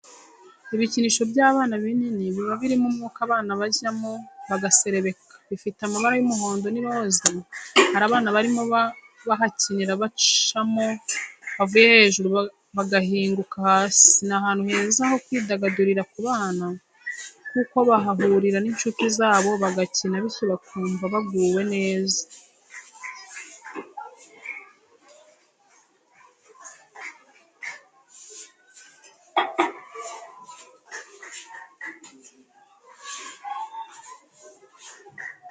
Ibikinisho by'abana binini biba birimo umwuka abana bajyamo bagaserebeka, bifite amabara y'umuhondo n'iroza hari abana barimo bahakinira bacamo bavuye hejuru bagahinguka hasi ni ahantu heza ho kwidagadurira ku bana kuko bahahurira n'inshuti zabo bagakina bityo bakumva baguwe neza.